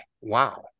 wow